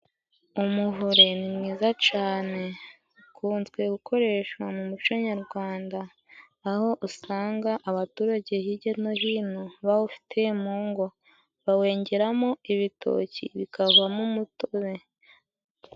Umuvure ni mwiza cane ukunzwe gukoresha mu muco nyarwanda, aho usanga abaturage hirya no hino bawufite mu ngo, bawengeramo ibitoki bikavamo umutobe.